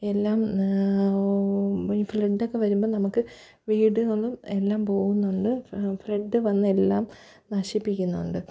എല്ലാം ഈ ഫ്ളഡൊക്കെ വരുമ്പോള് നമുക്ക് വീടുകളും എല്ലാം പോവുന്നുണ്ട് ഫ്ലഡ് വന്ന് എല്ലാം നശിപ്പിക്കുന്നുണ്ട്